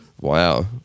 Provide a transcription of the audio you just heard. wow